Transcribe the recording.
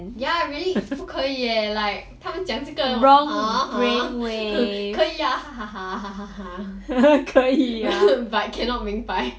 ya really 不可以 eh like 他们讲这个 hor hor 可以啊 but cannot 明白